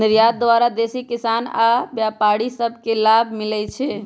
निर्यात द्वारा देसी किसान आऽ व्यापारि सभ के लाभ मिलइ छै